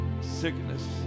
sickness